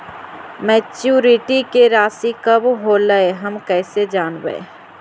Maturity के रासि कब होलै हम कैसे जानबै?